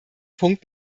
punkt